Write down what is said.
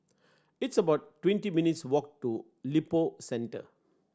it's about twenty minutes' walk to Lippo Centre